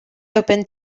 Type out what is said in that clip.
open